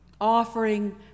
offering